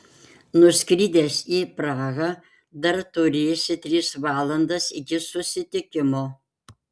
nuskridęs į prahą dar turėsi tris valandas iki susitikimo